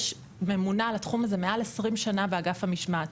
יש ממונה על התחום הזה מעל עשרים שנה באגף המשמעת.